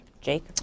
Jake